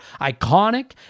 iconic